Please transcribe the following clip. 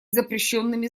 запрещенными